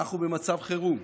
אנחנו במצב חירום.